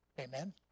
Amen